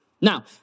Now